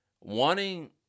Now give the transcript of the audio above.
Wanting